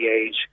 age